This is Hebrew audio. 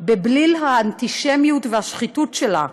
בבליל האנטישמיות והשחיתות שלה?